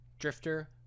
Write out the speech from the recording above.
Drifter